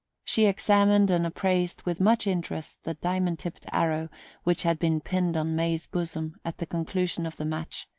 she examined and appraised with much interest the diamond-tipped arrow which had been pinned on may's bosom at the conclusion of the match,